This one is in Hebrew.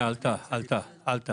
זה נמצא באתר האינטרנט.